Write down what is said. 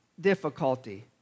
difficulty